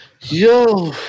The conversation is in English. yo